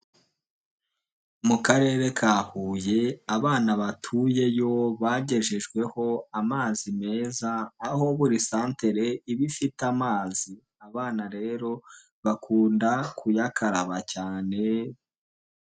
Mu karere ka Huye abana batuye yo bagejejweho amazi meza aho buri santere iba ifite amazi. Abana rero bakunda kuyakaraba cyane.